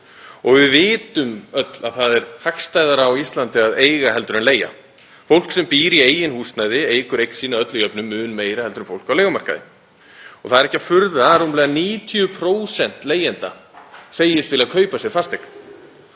Við vitum öll að það er hagstæðara á Íslandi að eiga en leigja. Fólk sem býr í eigin húsnæði eykur eign sína að öllu jöfnu mun meiri en fólk á leigumarkaði. Það er ekki að furða að rúmlega 90% leigjenda segist vilja kaupa sér fasteign.